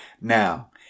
Now